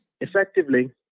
Effectively